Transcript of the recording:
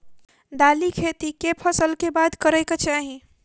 दालि खेती केँ फसल कऽ बाद करै कऽ चाहि?